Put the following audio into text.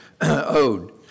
owed